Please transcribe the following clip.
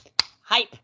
hype